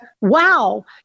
wow